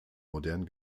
modern